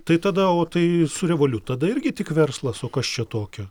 tai tada o tai su revoliut tada irgi tik verslas o kas čia tokio